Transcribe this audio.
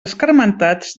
escarmentats